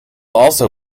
also